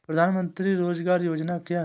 प्रधानमंत्री रोज़गार योजना क्या है?